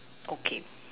okay